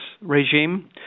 regime